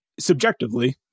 subjectively